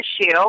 issue